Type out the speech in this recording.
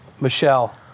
Michelle